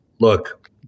look